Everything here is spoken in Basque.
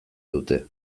dute